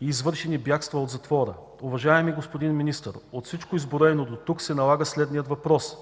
и извършени бягства от затвора. Уважаеми господин Министър, от всичко изброено дотук се налага следният въпрос: